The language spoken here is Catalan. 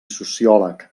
sociòleg